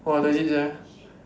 !wah! legit sia